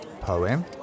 Poem